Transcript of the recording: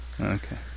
Okay